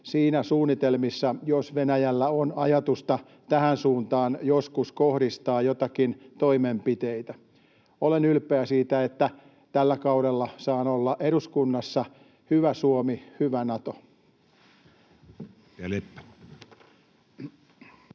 siinä suunnitelmassa, jos Venäjällä on ajatusta tähän suuntaan joskus kohdistaa joitakin toimenpiteitä. Olen ylpeä siitä, että tällä kaudella saan olla eduskunnassa. Hyvä Suomi, hyvä Nato.